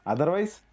Otherwise